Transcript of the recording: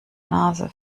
nase